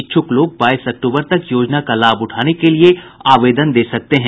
इच्छुक लोग बाईस अक्टूबर तक योजना का लाभ उठाने के लिए आवेदन दे सकते हैं